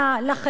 לעובדים,